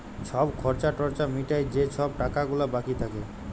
ছব খর্চা টর্চা মিটায় যে ছব টাকা গুলা বাকি থ্যাকে